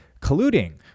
colluding